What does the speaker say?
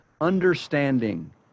Understanding